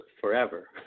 forever